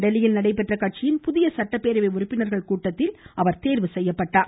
டெல்லியில் நடைபெற்ற கட்சியின் புதிய சட்டப்பேரவை உறுப்பினர்கள் கூட்டத்தில் அவர் ஒருமனதாக தேர்வு செய்யப்பட்டார்